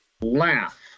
laugh